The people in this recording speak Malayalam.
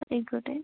ആയിക്കോട്ടെ